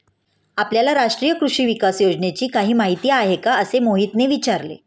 आपल्याला राष्ट्रीय कृषी विकास योजनेची काही माहिती आहे का असे मोहितने विचारले?